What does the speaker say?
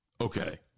Okay